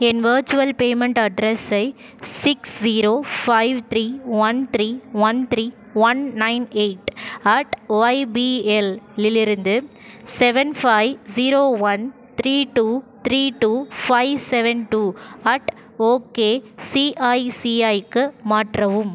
என் virtual payment அட்ரஸை six zero five three one three one three one nine eight at ஒய்பிஎல்லிலிருந்து seven five zero one three two three two five seven two at ஓகேசிஐசிஐக்கு மாற்றவும்